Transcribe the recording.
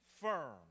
firm